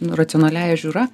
racionaliąja žiūra